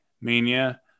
mania